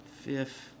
Fifth